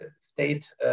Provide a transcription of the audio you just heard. state